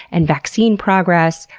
and vaccine progress,